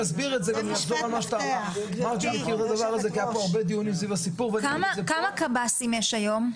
היו פה הרבה דיונים סביב הסיפור- -- כמה קבסי"ם יש היום?